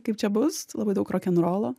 kaip čia bus labai daug rokenrolo